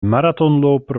marathonloper